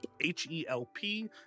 H-E-L-P